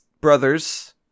brothers